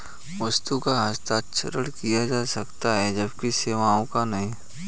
वस्तु का हस्तांतरण किया जा सकता है जबकि सेवाओं का नहीं